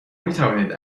میتوانید